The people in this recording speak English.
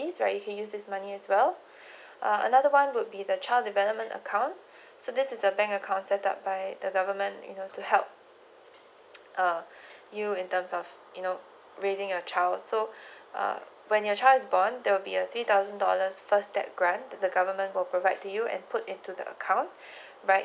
okay right you can use this money as well another one would be the child development account so this is the bank account set up by the government you know to help uh you in terms of you know raising a child so uh when your child is born there will be a three thousand dollars first step grant that the government will provide to you and put into the account right